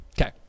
Okay